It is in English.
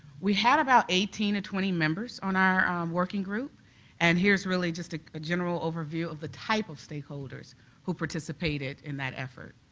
we had about eighteen or twenty members on our working group and here is really just a general overview of the type of stakeholders who participated in that effort.